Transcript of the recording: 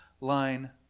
line